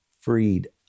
freed